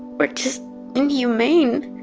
were just inhumane